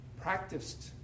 practiced